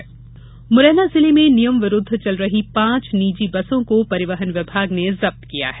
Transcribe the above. परिवहन कार्यवाही मुरैना जिले में नियम विरुद्ध चल रहीं पांच निजी बसों को परिवहन विभाग ने जब्त किया है